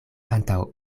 antaŭ